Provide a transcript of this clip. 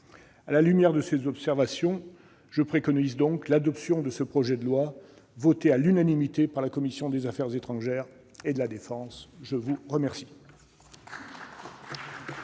À la lumière de ces observations, je préconise donc l'adoption de ce projet de loi, voté à l'unanimité par la commission des affaires étrangères, de la défense et des forces